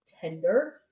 tender